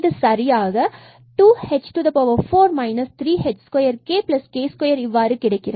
இது சரியாக 2h4 3h2kk2 இவ்வாறு கிடைக்கும்